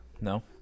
no